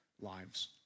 lives